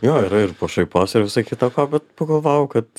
jo yra ir pašaipos ir visa kita vat pagalvojau kad